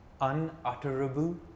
unutterable